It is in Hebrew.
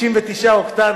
99 אוקטן.